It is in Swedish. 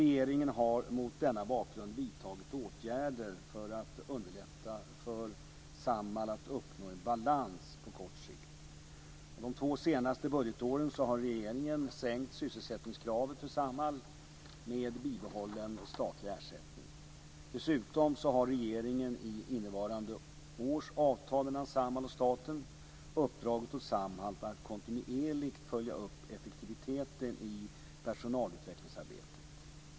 Regeringen har mot denna bakgrund vidtagit åtgärder för att underlätta för Samhall att uppnå en balans på kort sikt. De två senaste budgetåren har regeringen sänkt sysselsättningskravet för Samhall med bibehållen statlig ersättning. Dessutom har regeringen, i innevarande års avtal mellan Samhall och staten, uppdragit åt Samhall att kontinuerligt följa upp effektiviteten i personalutvecklingsarbetet.